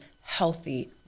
healthy